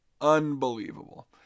Unbelievable